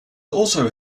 also